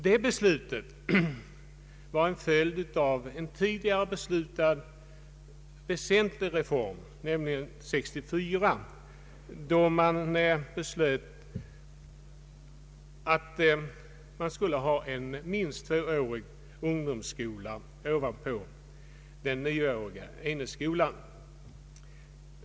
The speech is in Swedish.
Det beslutet var en följd av en tidigare beslutad väsentlig reform, nämligen 1964 års beslut om en minst tvåårig ungdomsskola efter den nioåriga grundskolan.